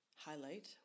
Highlight